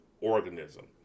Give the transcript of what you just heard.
organism